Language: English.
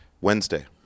Wednesday